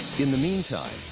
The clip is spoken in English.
in the meantime,